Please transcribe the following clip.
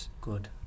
Good